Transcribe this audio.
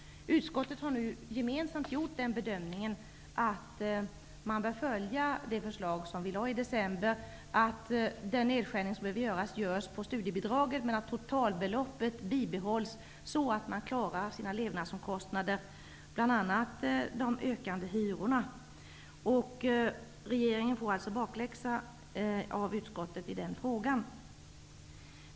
Utskottet har gemensamt gjort bedömningen att man bör följa det förslag som vi lade i december, nämligen att den nedskärning som behöver göras görs på studiebidraget men att totalbeloppet bibehålls så att man klarar sina levnadsomkostnader, bl.a. de ökande hyrorna. Regeringen får alltså bakläxa av utskottet i den frågan.